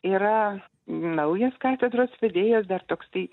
yra naujas katedros vedėjas dar toksai